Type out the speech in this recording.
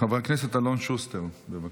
חבר הכנסת אלון שוסטר, בבקשה.